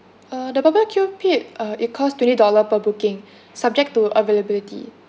uh the barbecue pit uh it cost twenty dollar per booking subject to availability